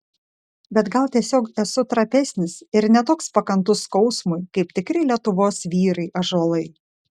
bet gal tiesiog esu trapesnis ir ne toks pakantus skausmui kaip tikri lietuvos vyrai ąžuolai